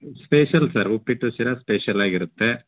spatial sir ಉಪ್ಪಿಟ್ಟು ಶಿರಾ ಸ್ಪೇಷಲಾಗಿ ಇರುತ್ತೆ